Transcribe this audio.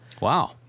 Wow